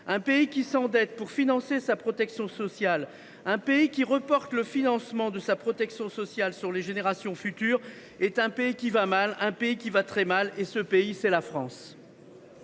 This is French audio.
Un pays qui s’endette pour financer sa protection sociale, un pays qui reporte le financement de sa protection sociale sur les générations futures est un pays qui va mal, très mal. Or ce pays, c’est la France